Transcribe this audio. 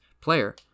player